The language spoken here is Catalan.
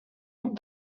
club